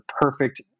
perfect